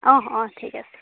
অঁ অঁ ঠিক আছে ঠিক আছে